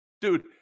dude